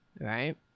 right